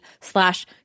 slash